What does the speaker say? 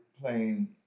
playing